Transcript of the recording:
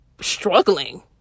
struggling